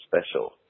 special